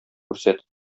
күрсәт